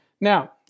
Now